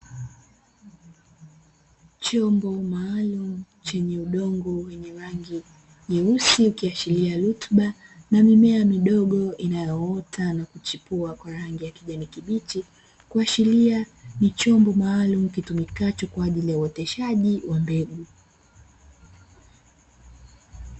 Chombo maalumu chenye udongo wenye rangi nyeusi, ukiashiria rutuba na mimea midogo inayoota na kuchipua kwa rangi ya kijani kibichi, kuashiria ni chombo maalumu kitumikacho kwa ajili ya uoteshaji wa mbegu.